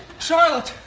charlotte!